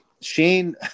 Shane